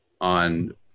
on